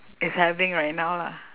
is having right now lah